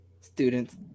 students